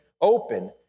open